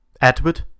Edward